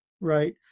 right